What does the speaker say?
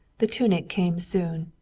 the tunic came soon,